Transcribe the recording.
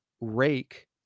rake